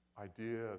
idea